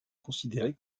considérés